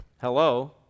hello